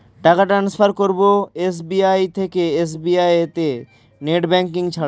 টাকা টান্সফার করব এস.বি.আই থেকে এস.বি.আই তে নেট ব্যাঙ্কিং ছাড়া?